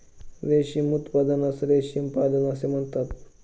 रेशीम उत्पादनास रेशीम पालन असे म्हणतात